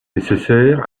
nécessaires